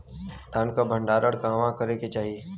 धान के भण्डारण कहवा करे के चाही?